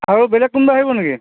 আৰু বেলেগ কোনোবা আহিব নেকি